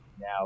Now